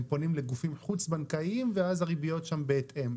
פונים לגופים חוץ בנקאיים ואז הריביות שם בהתאם,